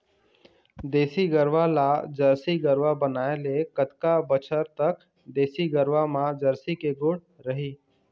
देसी गरवा ला जरसी गरवा बनाए ले कतका बछर तक देसी गरवा मा जरसी के गुण रही?